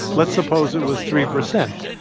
let's suppose it was three percent.